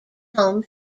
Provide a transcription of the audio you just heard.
home